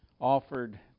offered